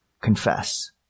confess